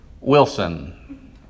Wilson